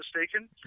mistaken